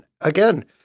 again